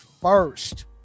first